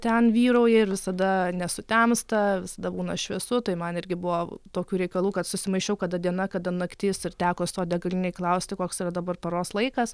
ten vyrauja ir visada nesutemsta visada būna šviesu tai man irgi buvo tokių reikalų kad susimaišiau kada diena kada naktis ir teko stot degalinėj klausti koks yra dabar paros laikas